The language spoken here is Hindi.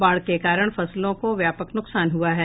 बाढ़ के कारण फसलों को व्यापक नुकसान हुआ है